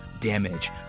damage